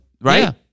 Right